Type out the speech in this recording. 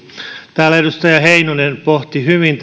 täällä edustaja heinonen pohti hyvin